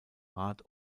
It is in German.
rat